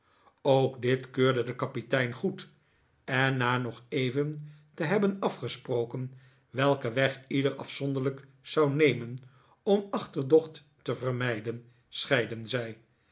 ook dit keurde de kapitein goed en na nog even te hebben afgesproken welken weg ieder afzonderlijk zou nemen om achterdocht te vermijden scheidden zij